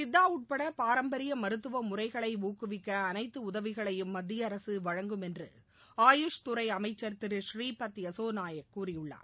சித்தா உட்பட பாரம்பரிய மருத்துவ முறைகளை ஊக்குவிக்க அனைத்து உதவிகளையும் மத்திய அரசு வழங்கும் என்று ஆயுஷ் துறை அமைக்ச் திரு புரீபத் யசோ நாயக் கூறியுள்ளார்